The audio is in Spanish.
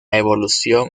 evolución